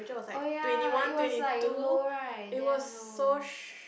oh ya it was like low right damn low